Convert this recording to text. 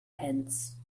hands